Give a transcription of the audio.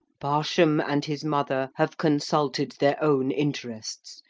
barsham and his mother have consulted their own interests,